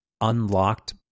unlocked